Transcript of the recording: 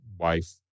wife